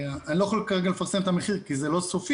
אני לא יכול לפרסם את המחיר כי זה לא סופי